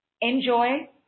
enjoy